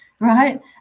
right